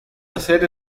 hacer